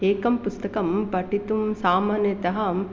एकं पुस्तकं पठितुं सामान्यतः अहम्